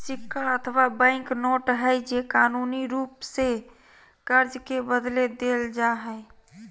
सिक्का अथवा bank note हइ जे कानूनी रूप से कर्ज के बदले देल जा हइ